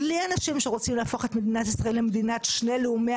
בלי אנשים שרוצים להפוך את מדינת ישראל למדינת שני לאומיה,